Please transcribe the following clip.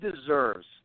deserves